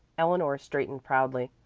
eleanor straightened proudly.